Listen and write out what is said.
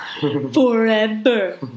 Forever